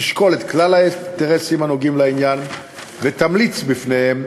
תשקול את כלל האינטרסים הנוגעים בעניין ותמליץ בפניהם